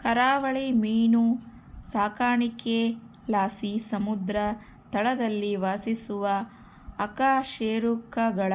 ಕರಾವಳಿ ಮೀನು ಸಾಕಾಣಿಕೆಲಾಸಿ ಸಮುದ್ರ ತಳದಲ್ಲಿ ವಾಸಿಸುವ ಅಕಶೇರುಕಗಳ